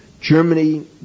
Germany